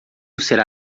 será